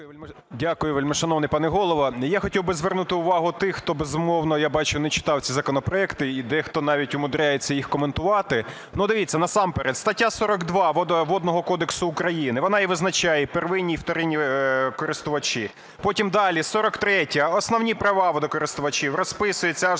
Дякую, вельмишановний пане Голово. Я хотів би звернути увагу тих, хто, безумовно, я бачу, не читав ці законопроекти і дехто навіть умудряється їх коментувати. Ну, дивіться, насамперед стаття 42 Водного кодексу України, вона визначає "первинні і вторинні користувачі". Потім, далі - 43-я – основні права водокористувачів, розписуються аж